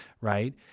right